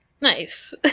Nice